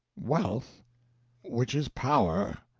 wealth which is power!